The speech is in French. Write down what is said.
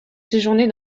séjourné